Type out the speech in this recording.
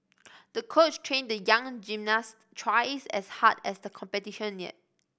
the coach trained the young gymnast twice as hard as the competition neared